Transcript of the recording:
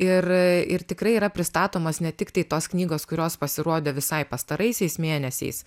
ir ir tikrai yra pristatomos ne tiktai tos knygos kurios pasirodė visai pastaraisiais mėnesiais